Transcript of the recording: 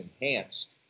enhanced